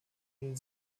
den